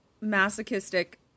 masochistic